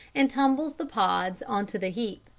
and tumbles the pods on to the heap.